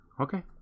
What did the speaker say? Okay